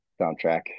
soundtrack